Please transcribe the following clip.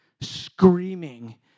screaming